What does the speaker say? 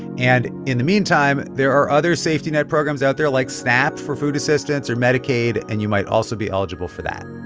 and in the meantime, there are other safety net programs out there, like snap for food assistance or medicaid. and you might also be eligible for that